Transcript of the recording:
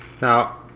now